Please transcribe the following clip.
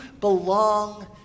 belong